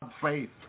faith